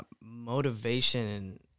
motivation